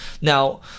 Now